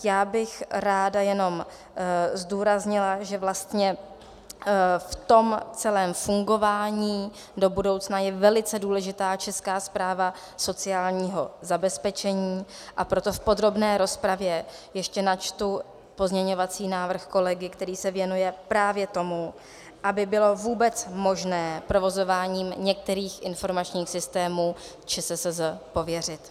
Já bych ráda jenom zdůraznila, že vlastně v tom celém fungování do budoucna je velice důležitá Česká správa sociálního zabezpečení, a proto v podrobné rozpravě ještě načtu pozměňovací návrh kolegy, který se věnuje právě tomu, aby bylo vůbec možné provozováním některých informačních systémů ČSSZ pověřit.